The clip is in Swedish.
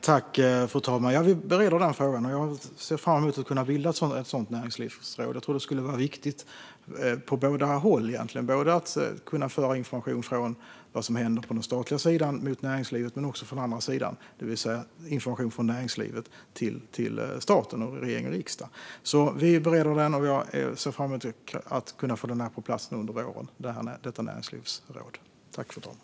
Fru talman! Vi bereder den frågan. Jag ser fram emot att kunna bilda ett sådant näringslivsråd. Jag tror att det skulle vara viktigt på båda håll. Det gäller både att kunna föra information om vad som händer på den statliga sidan till näringslivet och också från andra sidan, det vill säga information från näringslivet till staten, regering och riksdag. Vi bereder frågan. Jag ser fram emot att kunna få detta näringslivsråd på plats under våren.